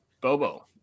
Bobo